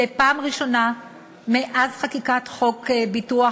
זו הפעם הראשונה מאז חקיקת חוק ביטוח